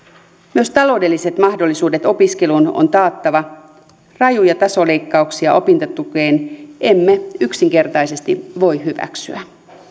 myös taloudelliset mahdollisuudet opiskeluun on on taattava rajuja tasoleikkauksia opintotukeen emme yksinkertaisesti voi hyväksyä